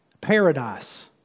paradise